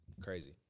Crazy